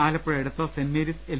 Alappuzha Edathua saint Mary's L